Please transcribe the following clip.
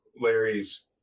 larry's